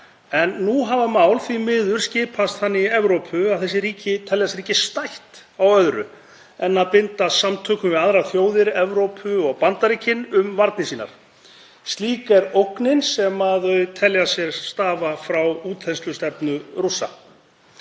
en nú hafa mál því miður skipast þannig í Evrópu að þessi ríki telja sér ekki stætt á öðru en að bindast samtökum við aðrar þjóðir Evrópu og Bandaríkin um varnir sínar. Slík er ógnin sem þau telja að sér steðja vegna útþenslustefnu Rússa.